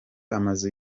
amazu